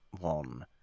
one